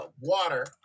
water